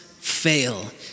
fail